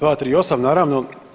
238. naravno.